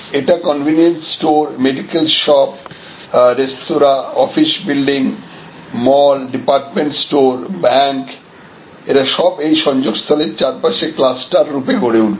এটা convenience store medical shop restaurant office building mall department store bank এরা সব এই সংযোগস্থলের চারপাশে ক্লাস্টার রূপে গড়ে উঠবে